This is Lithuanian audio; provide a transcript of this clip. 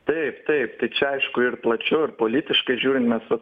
taip taip tai čia aišku ir plačiau ir politiškai žiūrime su